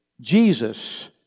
Jesus